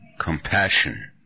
compassion